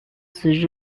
through